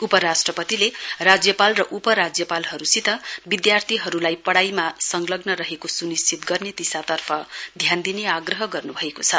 उपराष्ट्रपतिले राज्यपाल र उपराज्यपालहरूसित विद्यार्थीहरूलाई पढाइमा संलग्न रहेको सुनिश्चित गर्ने दिशातर्फ ध्यान दिने आग्रह गर्न् भएको छ